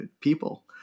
people